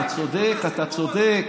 אתה צודק, אתה צודק.